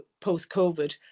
post-COVID